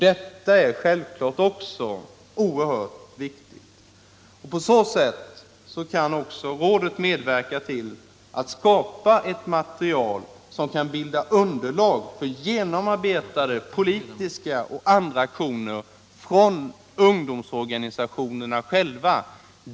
Detta är självklart också oerhört viktigt. På så sätt kan rådet medverka till att skapa ett material som kan bilda underlag för genomarbetade politiska och andra aktioner från ungdomsorganisationerna själva.